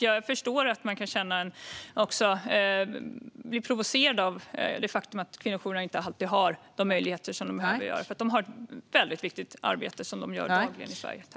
Jag förstår att man kan bli provocerad av det faktum att kvinnojourerna inte alltid har de möjligheter som de behöver, för de gör dagligen ett väldigt viktigt arbete.